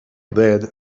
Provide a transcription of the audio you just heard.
dead